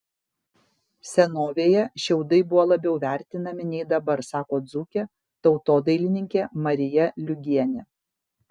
senovėje šiaudai buvo labiau vertinami nei dabar sako dzūkė tautodailininkė marija liugienė